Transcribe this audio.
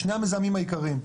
בשני המזהמים העיקריים,